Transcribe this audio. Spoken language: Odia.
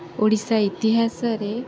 ଓଡ଼ିଶା ଇତିହାସରେ